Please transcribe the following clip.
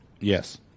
Yes